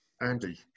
Andy